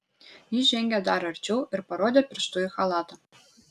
ji žengė dar arčiau ir parodė pirštu į chalatą